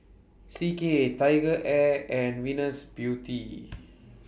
C K TigerAir and Venus Beauty